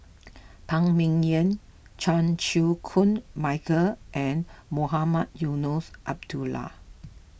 Phan Ming Yen Chan Chew Koon Michael and Mohamed Eunos Abdullah